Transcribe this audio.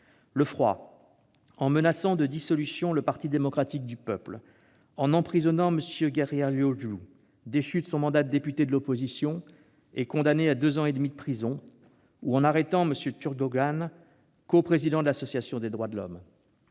Le froid, en menaçant de dissolution le parti démocratique du peuple, en emprisonnant M. Gergerlioglu, déchu de son mandat de député de l'opposition et condamné à deux ans et demi de prison, ou en arrêtant M. Turkdogan, coprésident de l'association des droits de l'homme.